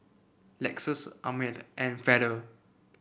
Lexus Ameltz and Feather